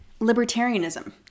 libertarianism